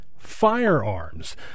Firearms